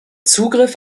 zugriff